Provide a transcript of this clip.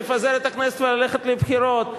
לפזר את הכנסת וללכת לבחירות.